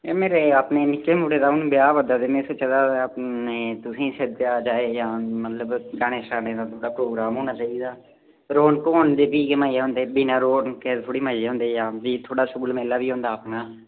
एह् मेरे अपने निक्के मुड़े दा हून ब्याह् आवै दे ते में सोचा दा निं तुसेईं सद्देआ जाए जां मतलब गाने शाने दा थोह्ड़ा प्रोग्राम होना चाहिदा रौनक होंदी भी गै मज़ा होंदे बिना रौनक दे थोह्ड़े मज़े होंदे जां भी थोह्ड़ा शगुल मेला बी होंदा अपना